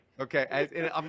Okay